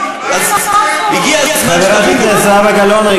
איזה פתרון.